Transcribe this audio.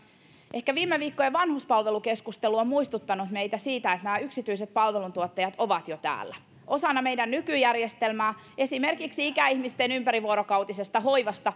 ehkä viime viikkojen vanhuspalvelukeskustelu on muistuttanut meitä siitä että yksityiset palveluntuottajat ovat jo täällä osana meidän nykyjärjestelmää esimerkiksi ikäihmisten ympärivuorokautisen hoivan